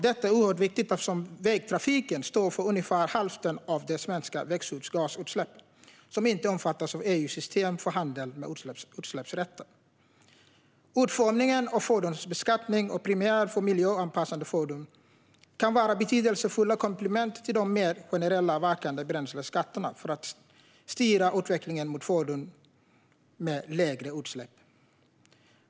Detta är oerhört viktigt eftersom vägtrafiken står för ungefär hälften av de svenska växthusgasutsläpp som inte omfattas av EU:s system för handel med utsläppsrätter. Utformningen av fordonsbeskattning och premier för miljöanpassade fordon kan vara betydelsefulla komplement till de mer generellt verkande bränsleskatterna för att styra utvecklingen mot fordon med lägre utsläpp.